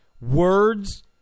words